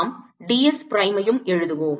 நாம் D s prime ஐயும் எழுதுவோம்